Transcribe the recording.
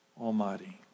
Almighty